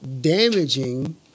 damaging